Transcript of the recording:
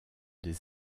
des